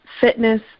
fitness